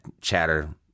chatter